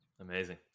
amazing